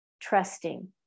trusting